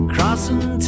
Crossing